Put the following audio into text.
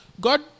God